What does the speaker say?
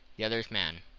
the other as man